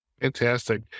Fantastic